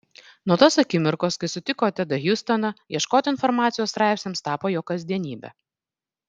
nuo tos akimirkos kai sutiko tedą hjustoną ieškoti informacijos straipsniams tapo jo kasdienybe